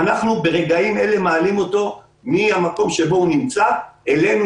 אנחנו ברגעים אלה מעלים אותו מהמקום שבו הוא נמצא אלינו,